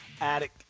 attic